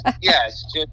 yes